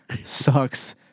sucks